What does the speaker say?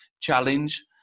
challenge